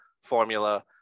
formula